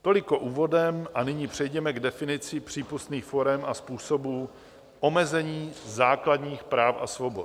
Toliko úvodem a nyní přejděme k definici přípustných forem a způsobů omezení základních práv a svobod.